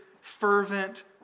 fervent